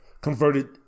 converted